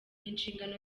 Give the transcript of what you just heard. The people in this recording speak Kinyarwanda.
inshingano